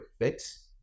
fix